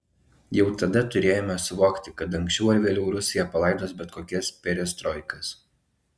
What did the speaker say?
jau tada turėjome suvokti kad anksčiau ar vėliau rusija palaidos bet kokias perestroikas